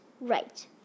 Right